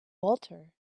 walter